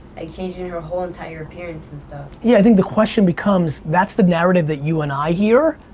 ah changing her whole entire appearance and stuff. yeah, i think the question becomes that's the narrative that you and i hear.